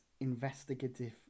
investigative